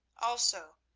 also,